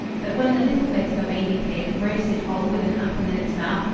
but when the little bit of a baby pig, roasted whole with an apple in its mouth,